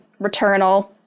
Returnal